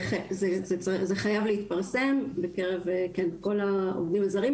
זה צריך וזה חייב להתפרסם בקרב כל העובדים הזרים,